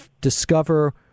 discover